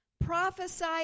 Prophesy